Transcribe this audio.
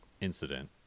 incident